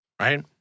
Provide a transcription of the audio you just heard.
Right